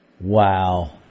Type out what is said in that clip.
Wow